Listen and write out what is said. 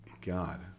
God